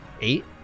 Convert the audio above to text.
Eight